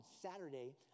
Saturday